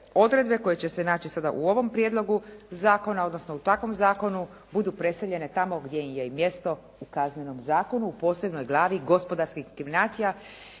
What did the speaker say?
odredbe koje će se naći sada u ovom prijedlogu zakona, odnosno u takvom zakonu budu preseljene tamo gdje im je i mjesto u Kaznnenom zakonu u posebnoj glavi gospodarskih inkriminacija,